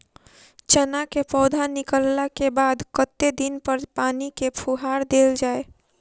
चना केँ पौधा निकलला केँ बाद कत्ते दिन पर पानि केँ फुहार देल जाएँ?